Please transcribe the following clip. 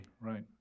right